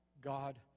God